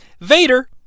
Vader